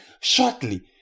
shortly